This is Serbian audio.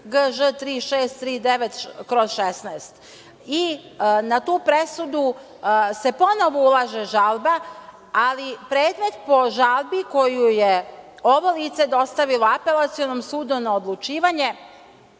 GŽ 3639/16, i na tu presudu se ponovo ulaže žalba, ali predmet po žalbi koju je ovo lice dostavilo Apelacionom sudu na odlučivanje